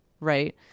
right